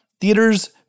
theaters